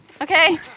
Okay